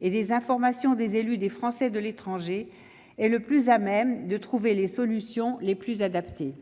et des informations des élus des Français de l'étranger, est le plus à même de trouver les solutions les plus adaptées.